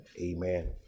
Amen